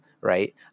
right